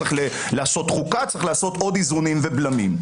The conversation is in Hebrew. יש לעשות חוקה ועוד איזונים ובלמים.